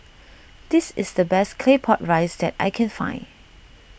this is the best Claypot Rice that I can find